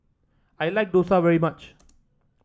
I like Dosa very much